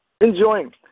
Enjoying